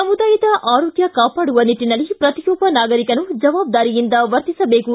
ಸಮುದಾಯದ ಆರೋಗ್ಯ ಕಾಪಾಡುವ ನಿಟ್ಟನಲ್ಲಿ ಪ್ರತಿಯೊಬ್ಬ ನಾಗರಿಕನು ಜವಾಬ್ದಾರಿಯಿಂದ ವರ್ತಿಸಬೇಕು